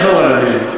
אני אחזור על הדברים.